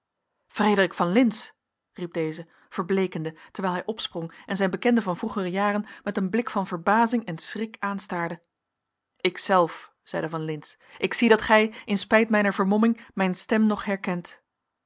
frederik van lintz riep deze verbleekende terwijl hij opsprong en zijn bekende van vroegere jaren met een blik van verbazing en schrik aanstaarde ikzelf zeide van lintz ik zie dat gij in spijt mijner vermomming mijn stem nog herkent